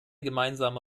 gemeinsame